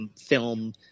film